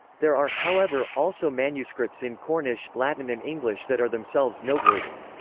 there are, however, also manuscripts in cornish, latin and english that are themselves noteworthy.